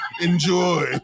Enjoy